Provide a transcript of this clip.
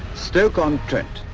stoke on trent,